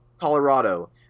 Colorado